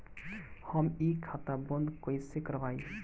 हम इ खाता बंद कइसे करवाई?